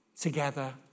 together